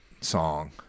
song